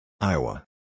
Iowa